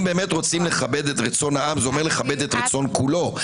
שאם באמת רוצים לכבד את רצון העם זה אומר לכבד את רצון כולו.